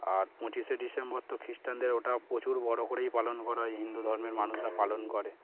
আর পঁচিশে ডিসেম্বর তো খ্রিস্টানদের ওটা প্রচুর বড় করেই পালন করা হয় হিন্দু ধর্মের মানুষরা পালন করে